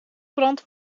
brandt